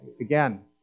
again